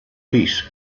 peace